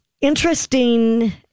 interesting